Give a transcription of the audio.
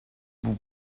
vous